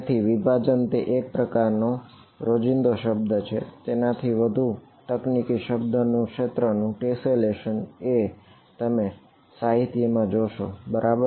તેથી વિભાજન તે એક પ્રકારનો રોજિંદો શબ્દ છે તેનાથી વધુ તકનીકી શબ્દ ક્ષેત્રનું ટેસેલેશન છે બરાબર